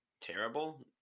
terrible